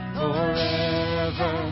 forever